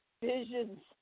visions